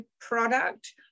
product